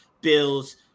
bills